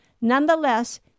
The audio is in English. Nonetheless